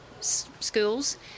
schools